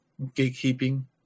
gatekeeping